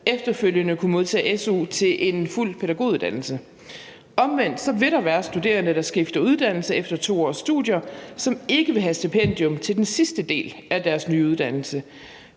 efterfølgende kunne modtage su til en fuld pædagoguddannelse. Omvendt vil der være studerende, der skifter uddannelse efter 2 års studier, som ikke vil have stipendium til den sidste del af deres nye uddannelse,